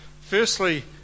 firstly